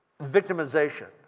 victimization